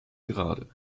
gerade